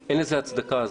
נדבקים?